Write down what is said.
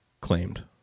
claimed